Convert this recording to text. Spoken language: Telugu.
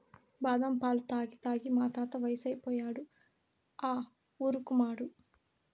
బాదం పాలు తాగి తాగి మా తాత వయసోడైనాడు ఆ ఊరుకుమాడు